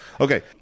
Okay